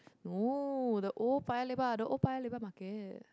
no the old Paya-Lebar the old Paya-Lebar market